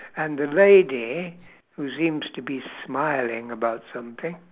and the lady who seems to be smiling about something